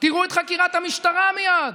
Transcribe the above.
תראו את חקירת המשטרה מייד,